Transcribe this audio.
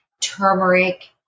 turmeric